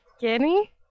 Guinea